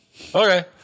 Okay